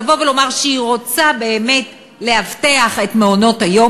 לבוא ולומר שהיא רוצה באמת לאבטח את מעונות-היום,